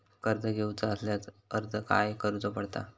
कर्ज घेऊचा असल्यास अर्ज खाय करूचो पडता?